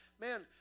man